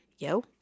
yo